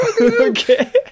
Okay